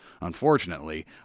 Unfortunately